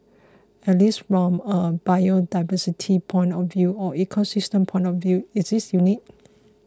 at least from a biodiversity point of view or ecosystem point of view is it unique